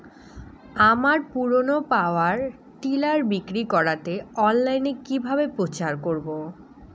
আমার পুরনো power tiller বিক্রি করাতে অনলাইনে কিভাবে প্রচার করব?